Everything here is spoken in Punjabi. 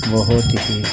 ਬਹੁਤ ਹੀ